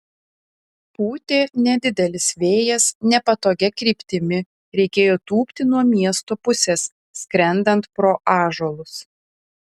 pūtė nedidelis vėjas nepatogia kryptimi reikėjo tūpti nuo miesto pusės skrendant pro ąžuolus